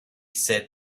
said